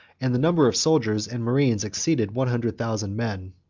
and the number of soldiers and mariners exceeded one hundred thousand men.